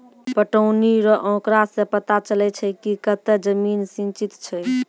पटौनी रो आँकड़ा से पता चलै छै कि कतै जमीन सिंचित छै